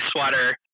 sweater